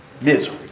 misery